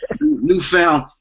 newfound